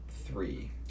three